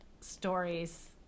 stories